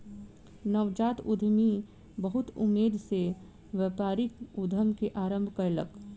नवजात उद्यमी बहुत उमेद सॅ व्यापारिक उद्यम के आरम्भ कयलक